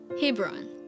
Hebron